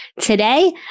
Today